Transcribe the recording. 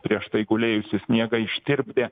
prieš tai gulėjusį sniegą ištirpdė